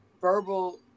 verbal